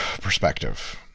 perspective